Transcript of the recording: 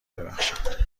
ببخشند